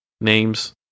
names